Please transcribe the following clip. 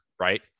right